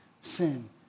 sin